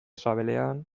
sabelean